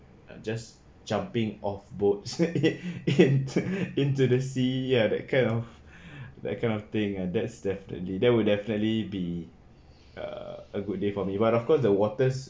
just jumping off boats into the sea ya that kind of that kind of thing ya that's definitely that will definitely be a uh good day for me but of course the waters